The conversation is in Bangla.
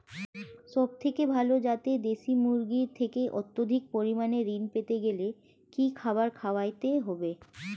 সবথেকে ভালো যাতে দেশি মুরগির থেকে অত্যাধিক পরিমাণে ঋণ পেতে গেলে কি খাবার খাওয়াতে হবে?